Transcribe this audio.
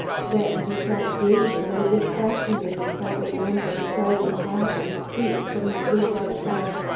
then he sat gazing as if fascinated by the lambent, darting flashes deep from the blue-white heart.